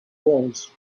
was